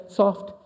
soft